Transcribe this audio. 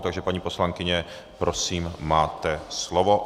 Takže paní poslankyně, prosím, máte slovo.